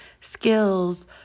skills